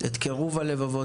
את קירוב הלבבות.